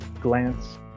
glance